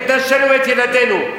את נשינו ואת ילדינו.